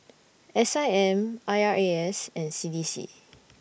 S I M I R A S and C D C